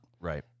Right